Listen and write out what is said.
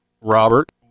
Robert